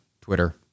Twitter